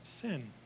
sin